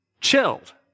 Chilled